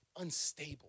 unstable